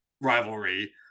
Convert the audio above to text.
rivalry